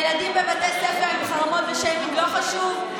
ילדים בבתי ספר עם חרמות ושיימינג זה לא חשוב?